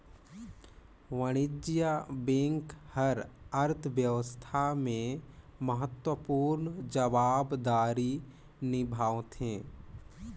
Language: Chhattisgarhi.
वाणिज्य बेंक हर अर्थबेवस्था में महत्वपूर्न जवाबदारी निभावथें